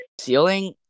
Ceiling